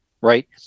right